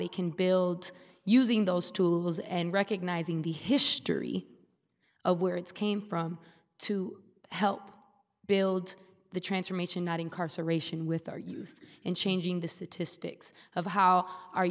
they can build using those tools and recognizing the history of where it came from to help build the transformation not incarceration with our youth in changing the statistics of how our